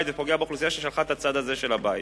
ופוגע באוכלוסייה ששלחה את הצד הזה של הבית,